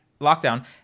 lockdown